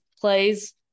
plays